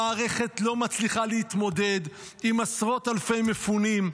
המערכת לא מצליחה להתמודד עם עשרות אלפי מפונים.